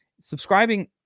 Subscribing